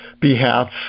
behalf